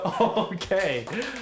Okay